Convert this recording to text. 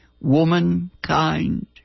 womankind